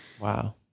wow